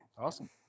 Awesome